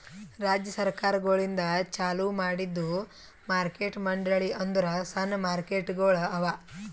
ರಾಜ್ಯ ಸರ್ಕಾರಗೊಳಿಂದ್ ಚಾಲೂ ಮಾಡಿದ್ದು ಮಾರ್ಕೆಟ್ ಮಂಡಳಿ ಅಂದುರ್ ಸಣ್ಣ ಮಾರುಕಟ್ಟೆಗೊಳ್ ಅವಾ